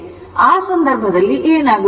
ಆದ್ದರಿಂದ ಆ ಸಂದರ್ಭದಲ್ಲಿ ಏನಾಗುತ್ತದೆ